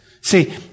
See